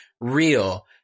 real